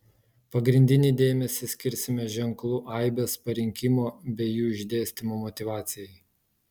pagrindinį dėmesį skirsime ženklų aibės parinkimo bei jų išdėstymo motyvacijai